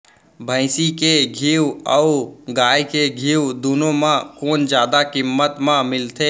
भैंसी के घीव अऊ गाय के घीव दूनो म कोन जादा किम्मत म मिलथे?